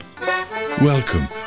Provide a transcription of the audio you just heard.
Welcome